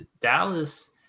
Dallas